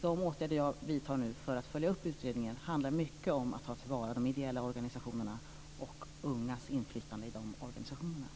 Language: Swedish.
De åtgärder som jag nu vidtar för att följa upp utredningen handlar mycket om att ta till vara de ideella organisationerna och ungas inflytande i dessa.